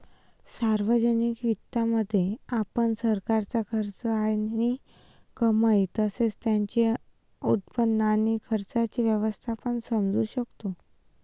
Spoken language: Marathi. सार्वजनिक वित्तामध्ये, आपण सरकारचा खर्च आणि कमाई तसेच त्याचे उत्पन्न आणि खर्चाचे व्यवस्थापन समजू शकतो